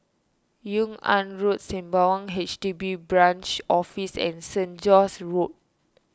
Yung An Road Sembawang H D B Branch Office and Street John's Road